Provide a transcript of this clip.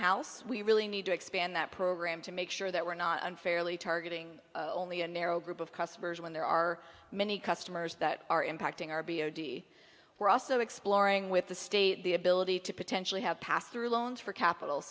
house we really need to expand that program to make sure that we're not unfairly targeting only a narrow group of customers when there are many customers that are impacting our b o d we're also exploring with the state the ability to potentially have pass through loans for capital